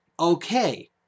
Okay